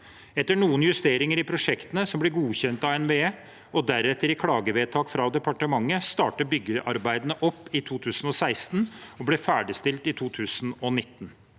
Etter noen justeringer i prosjektene, som ble godkjent av NVE og deretter i klagevedtak fra departementet, startet byggearbeidene opp i 2016 og ble ferdigstilt i 2019.